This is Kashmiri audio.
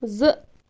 زٕ